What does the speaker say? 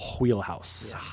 wheelhouse